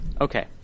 Okay